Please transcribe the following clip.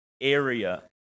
area